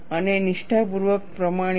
અને નિષ્ઠાપૂર્વક પ્રમાણિક